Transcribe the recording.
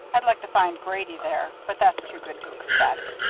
i'd like to find grady there but that's too good to expect.